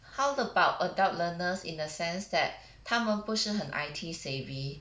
how about adult learners in the sense that 他们不是很 I_T savvy